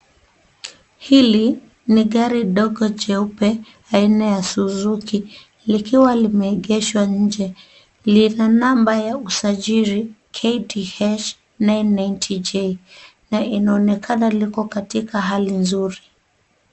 Hili ni gari dogo jeupe aina ya suzuki likiwa limeegeshwa nje. Lina namba ya usajili KDH 980J na inaonekana liko katika hali nzuri.